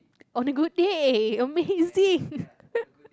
on a good day amazing